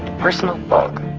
personal log